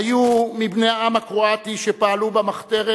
היו מבני העם הקרואטי שפעלו במחתרת,